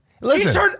listen